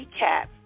recap